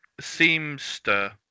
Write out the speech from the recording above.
seamster